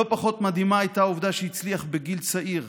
לא פחות מדהימה הייתה העובדה שהצליח בגיל צעיר,